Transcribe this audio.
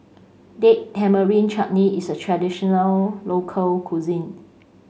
Date Tamarind Chutney is a traditional local cuisine